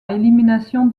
élimination